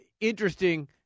interesting